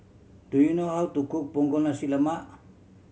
do you know how to cook Punggol Nasi Lemak